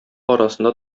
арасында